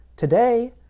Today